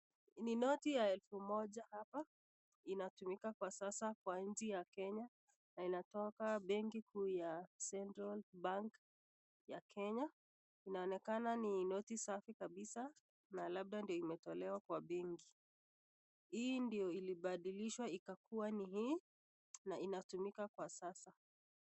Ni noti ya helfu moja, hapa inatumika kwa sasa kwa nchi ya Kenya na inatoka Benki Kuu ya Central Bank ya Kenya. Inaonekana ni noti safi Kabisa na labda ndio imetolewa kwa benki. Hii ndio ilibadilishwa ikakuwa ni hii na anatumia kwa sasa.